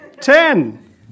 Ten